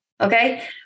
Okay